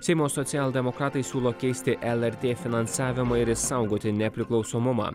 seimo socialdemokratai siūlo keisti lrt finansavimą ir išsaugoti nepriklausomumą